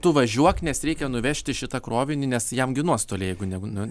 tu važiuok nes reikia nuvežti šitą krovinį nes jam gi nuostoliai jeigu negu